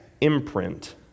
imprint